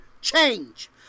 change